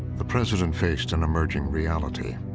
the president faced an emerging reality.